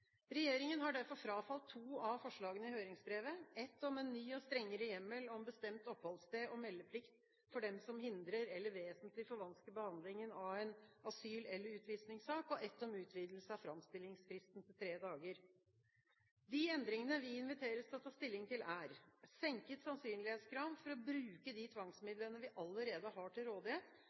Regjeringen har derfor frafalt to av forslagene i høringsbrevet, ett om en ny og strengere hjemmel om bestemt oppholdssted og meldeplikt for dem som hindrer eller vesentlig forvansker behandlingen av en asyl- eller utvisningssak, og ett om utvidelse av framstillingsfristen til tre dager. De endringene vi inviteres til å ta stilling til, er: senket sannsynlighetskrav for å bruke de tvangsmidlene vi allerede har til rådighet,